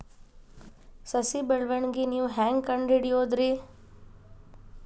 ಸಸಿ ಬೆಳವಣಿಗೆ ನೇವು ಹ್ಯಾಂಗ ಕಂಡುಹಿಡಿಯೋದರಿ?